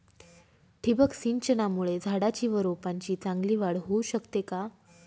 ठिबक सिंचनामुळे झाडाची व रोपांची चांगली वाढ होऊ शकते का?